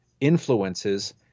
influences